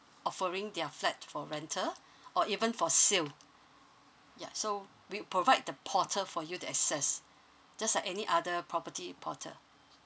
offering their flat for rental or even for sale ya so we provide the portal for you to access just like any other property portal